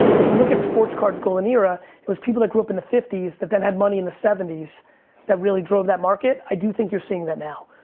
if you look at sports cards golden era, it was people that grew up in the fifty s that then had money in the seventy s that really drove that market. i do think you're seeing that now.